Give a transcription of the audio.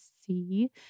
see